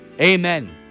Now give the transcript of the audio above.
Amen